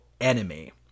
enemy